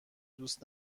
دوست